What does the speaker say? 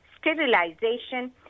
sterilization